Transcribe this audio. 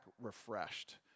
refreshed